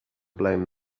blame